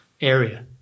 area